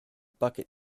bucket